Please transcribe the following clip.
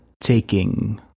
taking